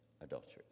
adultery